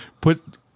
put